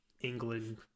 england